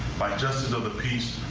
by justice of the peace.